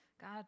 God